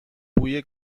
بوی